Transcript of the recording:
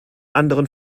anderen